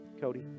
Cody